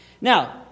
Now